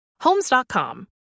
Homes.com